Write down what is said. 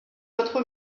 votre